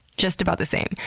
just about the same.